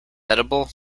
edible